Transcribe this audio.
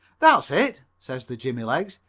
that's it, says the jimmy-legs,